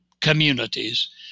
communities